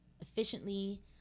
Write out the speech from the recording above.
efficiently